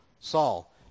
Saul